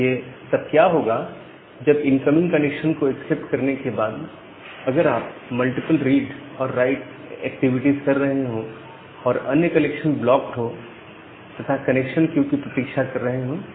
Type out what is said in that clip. देखिए तब क्या होगा जब इनकमिंग कनेक्शन को एक्सेप्ट करने के बाद अगर आप मल्टीपल रीड और राइट एक्टिविटीज कर रहे हो और अन्य कलेक्शन ब्लॉक्ड है तथा कनेक्शन क्यू की प्रतीक्षा कर रहे हो